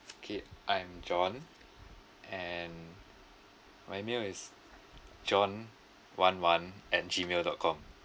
okay I'm john and my email is john one one at gmail dot com